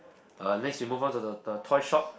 uh next we move on to the the the toy shop